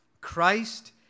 Christ